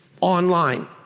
online